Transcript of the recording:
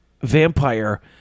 vampire